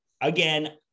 Again